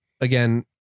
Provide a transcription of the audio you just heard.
again